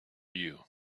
you